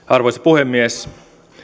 arvoisa puhemies